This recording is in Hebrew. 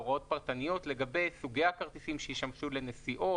הוראות פרטניות לגבי סוגי הכרטיסים שישמשו לנסיעות,